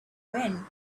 when